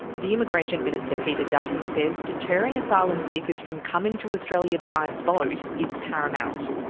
the immigration minister, peter dutton, says deterring asylum seekers from coming to australia by boat is paramount.